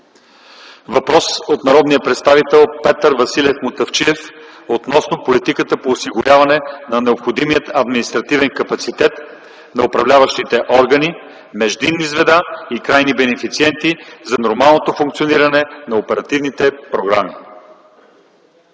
Въпрос от народния представител Петър Василев Мутафчиев относно политиката по осигуряване на необходимия административен капацитет на управляващите органи – междинни звена и крайни бенефициенти, за нормалното функциониране на оперативните програми.